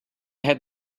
had